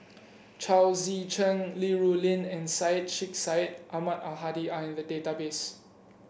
Chao Tzee Cheng Li Rulin and Syed Sheikh Syed Ahmad Al Hadi are in the database